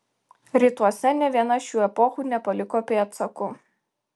rytuose nė viena šių epochų nepaliko pėdsakų